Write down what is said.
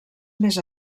més